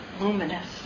luminous